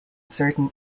certain